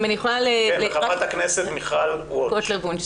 וח"כ מיכל וונש.